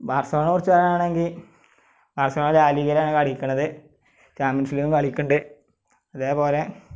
ബാര്സലോണയെ കുറിച്ച് പറയുക ആണെങ്കിൽ ബാര്സലോണ ലാ ലീഗിലാണ് കളിക്കുന്നത് ചാമ്പ്യന്സിലും കളിക്കുന്നുണ്ട് അതെ പോലെ